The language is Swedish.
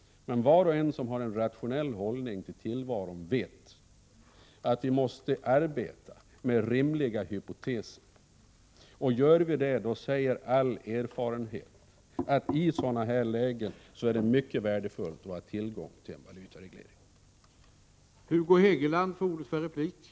Men var och en som har en rationell hållning till tillvaron vet att vi måste arbeta med rimliga hypoteser. Och gör vi det, då säger all erfarenhet att det i sådana här lägen är mycket värdefullt att ha tillgång till en valutareglering.